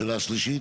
שאלה שלישית.